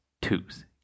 twos